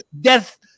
Death